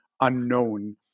unknown